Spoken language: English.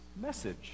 message